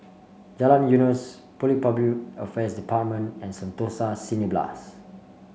Jalan Eunos Public Affairs Department and Sentosa Cineblast